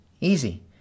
Easy